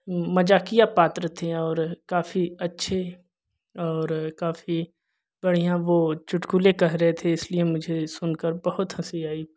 माज़ाक़िया पात्र थे और काफ़ी अच्छे और काफ़ी बढ़िया वह चुटकुले कह रहे थे इसलिए मुझे यह सुनकर बहुत हँसी आई